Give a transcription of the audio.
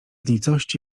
nicości